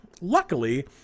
luckily